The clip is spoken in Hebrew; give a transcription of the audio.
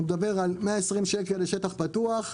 אתה מדבר על 120 שקל לשטח פתוח ו-250,